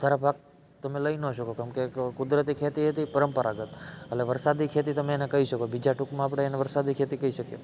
વધારે પાક તમે લઈ નો શકો કેમ કે કુદરતી ખેતી હતી પરંપરાગત એટલે વરસાદી ખેતી તમે એને કહી શકો બીજા ટૂંકમાં આપણે એને વરસાદી ખેતી કહી શકીએ